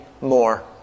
more